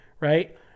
right